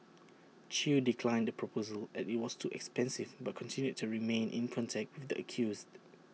chew declined the proposal as IT was too expensive but continued to remain in contact with the accused